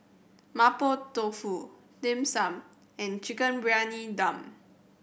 Mapo Tofu Dim Sum and Chicken Briyani Dum